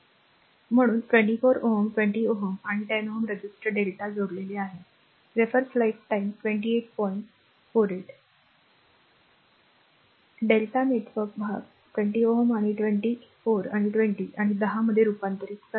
म्हणून 24 Ω 20 Ω आणि 10 Ω रजिस्टर Δ जोडलेले आहेत Δ नेटवर्क भाग 20 Ω 24 20 आणि 10 मध्ये रूपांतरित करा